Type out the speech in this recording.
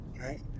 right